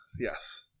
yes